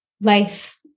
life